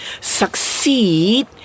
Succeed